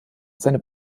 seine